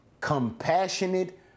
Compassionate